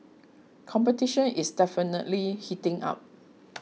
competition is definitely heating up